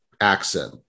accent